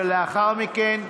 ולאחר מכן,